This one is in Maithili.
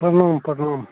प्रणाम प्रणाम